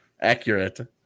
Accurate